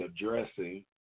addressing